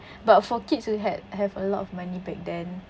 but for kids who had have a lot of money back then